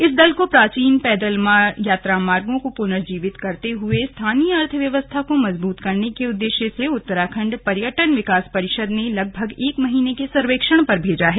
इस दल को प्राचीन पैदल यात्रा मार्गों को पुनर्जीवित करते हुए स्थानीय अर्थव्यवस्था को मजबूत करने के उद्देश्य से उत्तराखण्ड पर्यटन विकास परिषद ने लगभग एक महीने के सर्वेक्षण पर भेजा है